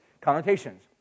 connotations